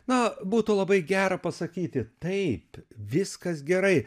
na būtų labai gera pasakyti taip viskas gerai